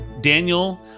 Daniel